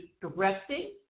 directing